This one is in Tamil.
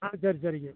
ஆ சரி சரிங்க